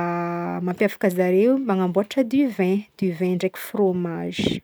mampiavaka zareo magnamboatra du vin du vin ndraiky fromage.